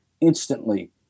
instantly